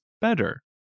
better